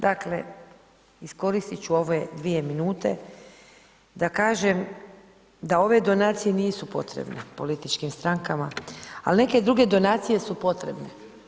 Dakle iskoristi ću ove 2 min da kažem da ove donacije nisu potrebne političkim strankama ali neke druge donacije su potrebne.